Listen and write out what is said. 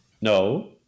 No